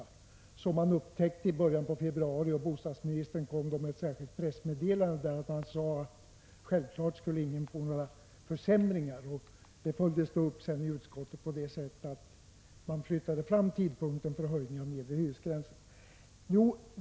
Detta upptäcktes i början av februari, och bostadsministern kom då med ett särskilt pressmedelande, där han sade att självklart ingen skulle få några försämringar. Detta följdes upp i utskottet på det sättet att man flyttade fram tidpunkten för höjningen av nedre hyresgränsen.